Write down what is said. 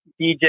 DJ